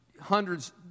hundreds